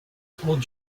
told